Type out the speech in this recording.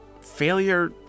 Failure